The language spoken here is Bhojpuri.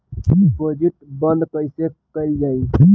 डिपोजिट बंद कैसे कैल जाइ?